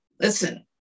Listen